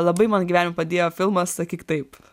labai man gyvenime padėjo filmas sakyk taip